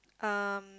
um